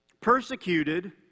Persecuted